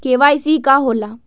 KYC का होला?